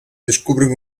descubren